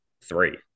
Three